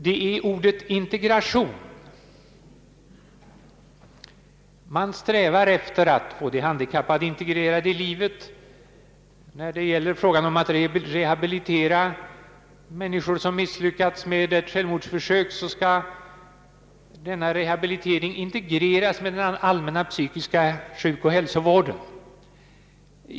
Det är ordet integration. Man strävar efter att få de handikappade integrerade i livet. När det gäller frågan om att rehabilitera människor som misslyckats med ett självmordsförsök skall, säger man, denna rehabilitering integreras med den allmänna psykiska sjukoch hälsovården.